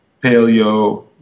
paleo